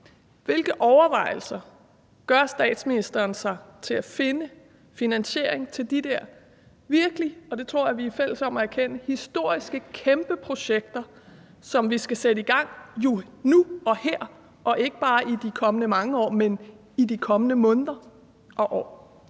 Hvilke overvejelser gør statsministeren sig om at finde finansiering til de der virkelig, og det tror jeg vi er fælles om at erkende, historiske kæmpeprojekter, som vi jo skal sætte i gang nu og her, ikke bare i de kommende mange år, men i de kommende måneder og år?